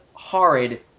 Horrid